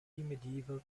medieval